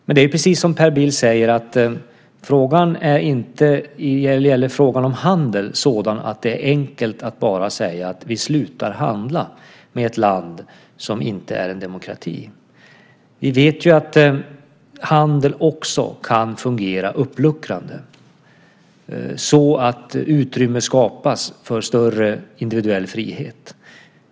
Men precis som Per Bill säger är frågan om handel inte sådan att det är så enkelt som att bara säga att vi slutar handla med ett land som inte är en demokrati. Vi vet att handel också kan fungera uppluckrande, så att utrymme skapas för större individuell frihet.